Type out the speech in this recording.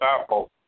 Apple